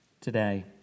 today